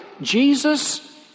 Jesus